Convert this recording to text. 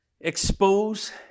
expose